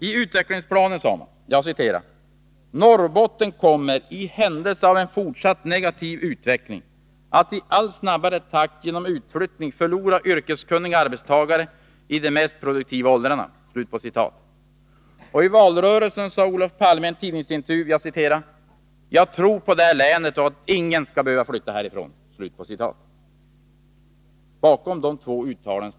I utvecklingsplanen sades: ”Norrbotten kommer i händelse av en fortsatt negativ utveckling att i allt snabbare takt genom utflyttning förlora yrkeskunniga arbetstagare i de mest produktiva åldrarna.” I valrörelsen sade Olof Palme i en tidningsintervju: ”Jag tror på det här länet och att ingen ska behöva flytta härifrån.” Centern ställer sig bakom dessa två uttalanden.